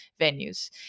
venues